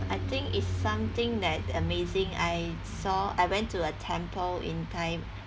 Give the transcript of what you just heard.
I think it's something that amazing I saw I went to a temple in